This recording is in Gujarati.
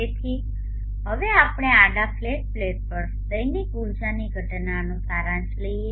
તેથી હવે આપણે આડા ફ્લેટ પ્લેટ પર દૈનિક ઉર્જાની ઘટનાનો સારાંશ લઈએ